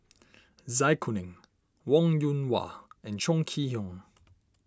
Zai Kuning Wong Yoon Wah and Chong Kee Hiong